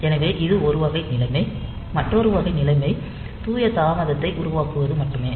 எனவே இது ஒரு வகை நிலைமை மற்றொரு வகை நிலைமை தூய தாமதத்தை உருவாக்குவது மட்டுமே